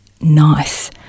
nice